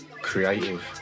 creative